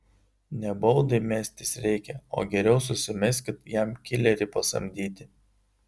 ne baudai mestis reikia o geriau susimeskit jam kilerį pasamdyti